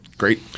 great